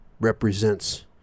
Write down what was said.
represents